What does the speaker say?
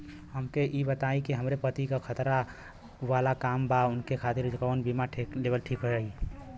हमके ई बताईं कि हमरे पति क खतरा वाला काम बा ऊनके खातिर कवन बीमा लेवल ठीक रही?